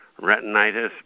retinitis